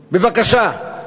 בבקשה,